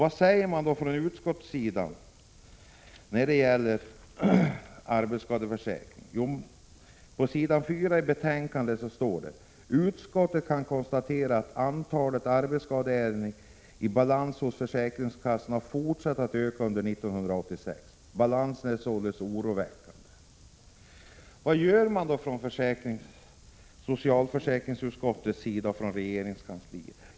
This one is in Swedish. Vad säger då utskottet när det gäller arbetsskadeförsäkringen? På s. 4 i betänkandet står det: ”Utskottet kan konstatera att antalet arbetsskadeärenden i balans hos försäkringskassorna har fortsatt att öka under år 1986 och uppgår vid utgången av tredje kvartalet 1986 till drygt 47 000. Balansläget är således oroväckande.” Vad gör socialförsäkringsutskottet och vad gör regeringskansliet?